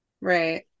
Right